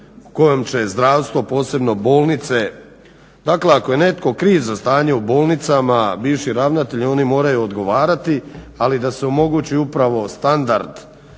kojom će zdravstvo posebno bolnice dakle ako je netko kriv za stanje u bolnicama bivši ravnatelji oni moraju odgovarati, ali da se omogući upravo standard